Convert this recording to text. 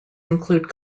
include